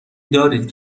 دارید